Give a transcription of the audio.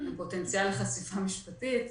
פוטנציאל חשיפה משפטית,